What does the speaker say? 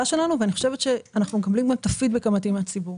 שלנו ואני חושבת שאנחנו מקבלים את הפידבק המתאים מהציבור.